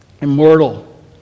immortal